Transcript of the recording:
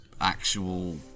actual